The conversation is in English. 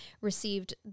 received